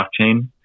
blockchain